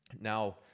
now